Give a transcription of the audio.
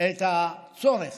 את הצורך